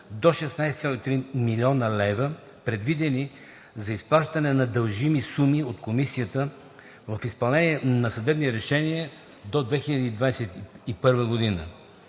до 16,3 млн. лв., предвидени за изплащане на дължими суми от Комисията в изпълнение на съдебни решения от 2021 г.